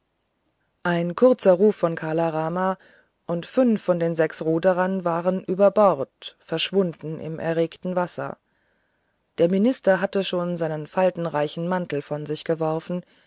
ein kurzer ruf von kala rama und fünf von den sechs ruderern waren überbord verschwunden im erregten wasser der minister hatte schon seinen faltenreichen mantel von sich geworfen